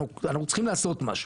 אנחנו צריכים לעשות משהו.